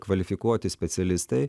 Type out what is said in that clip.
kvalifikuoti specialistai